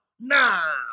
Now